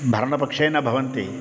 भरणपक्षेन भवन्ति